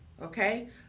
Okay